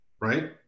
Right